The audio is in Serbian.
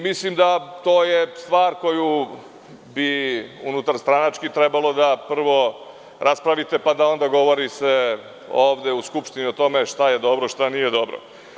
Mislim da je to stvar koju bi unutarstranački trebalo da prvo raspravite, pa da govorite u Skupštini o tome šta je dobro, šta nije dobro.